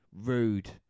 Rude